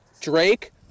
Drake